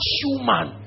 human